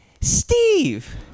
Steve